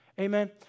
Amen